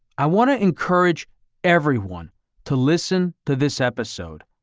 i want to encourage everyone to listen to this episode.